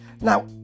now